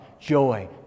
joy